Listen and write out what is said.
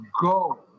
go